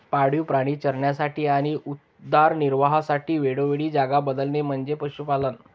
पाळीव प्राणी चरण्यासाठी आणि उदरनिर्वाहासाठी वेळोवेळी जागा बदलणे म्हणजे पशुपालन